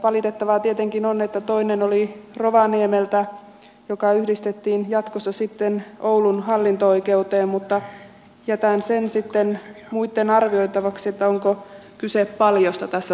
valitettavaa tietenkin on että toinen oli rovaniemeltä joka yhdistettiin jatkossa sitten oulun hallinto oikeuteen mutta jätän sen sitten muitten arvioitavaksi onko kyse paljosta tässä tapauksessa